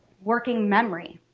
working memory,